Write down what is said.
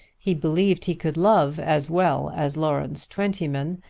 he believed he could love as well as lawrence twentyman,